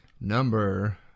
Number